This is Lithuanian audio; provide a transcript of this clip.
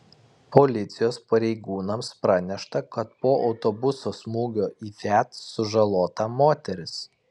policijos pareigūnams pranešta kad po autobuso smūgio į fiat sužalota moteris